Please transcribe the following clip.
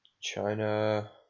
china